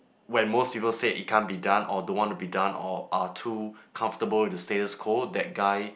when most people said it can't be done or don't want to be done or are too comfortable the status quo that guy